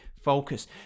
focus